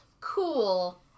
cool